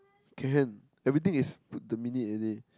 can everything is put to minute already